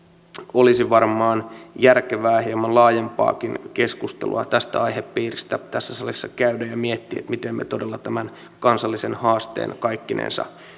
olisi varmaan järkevää hieman laajempaakin keskustelua tästä aihepiiristä tässä salissa käydä ja miettiä miten me todella tämän kansallisen haasteen kaikkinensa